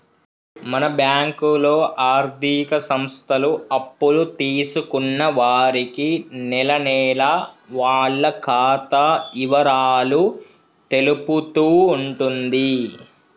మన బ్యాంకులో ఆర్థిక సంస్థలు అప్పులు తీసుకున్న వారికి నెలనెలా వాళ్ల ఖాతా ఇవరాలు తెలుపుతూ ఉంటుంది